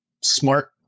smart